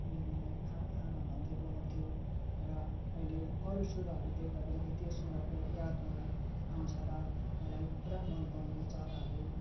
उसले मलाई आमा आमा भन्दै बोलाउँथ्यो र अहिले अरू सुगाहरू देख्दा पनि त्यो सुगाको याद मलाई आउँछ र मलाई पुरा मन पर्ने चराहरू